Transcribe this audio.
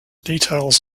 details